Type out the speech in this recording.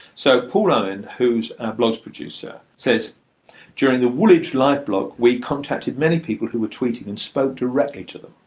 so paul owen, who is our blogs producer, says during the woolwich live blog we contacted many people who were tweeting and spoke directly to them.